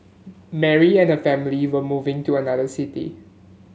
Mary and her family were moving to another city